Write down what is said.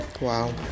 Wow